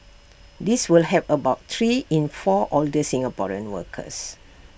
this will help about three in four older Singaporean workers